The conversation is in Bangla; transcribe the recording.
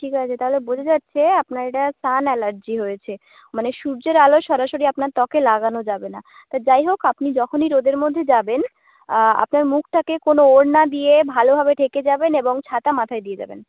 ঠিক আছে তাহলে বোঝা যাচ্ছে আপনার এটা সান অ্যালার্জি হয়েছে মানে সূর্যের আলো সরাসরি আপনার ত্বকে লাগানো যাবে না তা যাই হোক আপনি যখনই রোদের মধ্যে যাবেন আপনার মুখটাকে কোনও ওড়না দিয়ে ভালোভাবে ঢেকে যাবেন এবং ছাতা মাথায় দিয়ে যাবেন